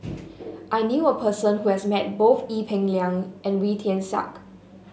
I knew a person who has met both Ee Peng Liang and Wee Tian Siak